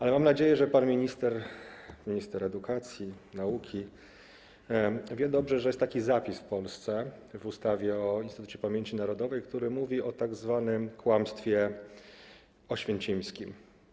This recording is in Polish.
Ale mam nadzieję, że pan minister edukacji, nauki dobrze wie, że jest taki zapis w Polsce, w ustawie o Instytucie Pamięci Narodowej, zapis, który mówi o tzw. kłamstwie oświęcimskim.